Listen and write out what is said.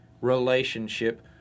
relationship